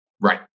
right